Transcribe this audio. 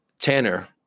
Tanner